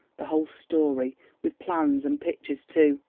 the whole story with plans and pictures too.